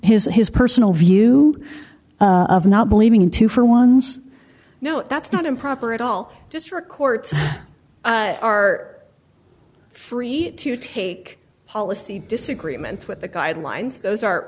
in his personal view of not believing in to for one's no that's not improper at all district courts are free to take policy disagreements with the guidelines those are